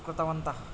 कृतवन्तः